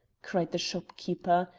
cried the shopkeeper.